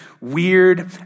weird